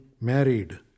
married